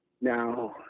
Now